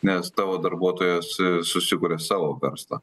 nes tavo darbuotojas susikuria savo verslą